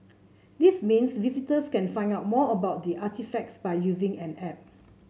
this means visitors can find out more about the artefacts by using an app